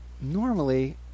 normally